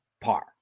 par